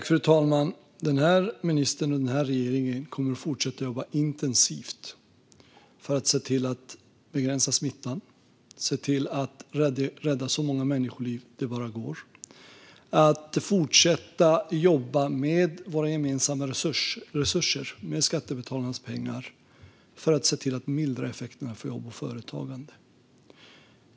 Fru talman! Den här ministern och den här regeringen kommer att fortsätta att jobba intensivt för att se till att begränsa smittan och rädda så många människoliv det bara går. Vi kommer att fortsätta att jobba med våra gemensamma resurser - med skattebetalarnas pengar - för att se till att mildra effekterna för jobb och företagande.